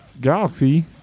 galaxy